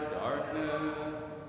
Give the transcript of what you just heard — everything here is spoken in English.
darkness